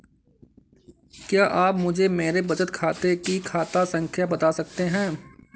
क्या आप मुझे मेरे बचत खाते की खाता संख्या बता सकते हैं?